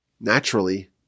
Naturally